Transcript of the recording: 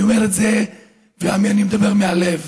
אני אומר את זה ואני מדבר מהלב,